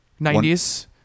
90s